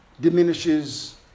diminishes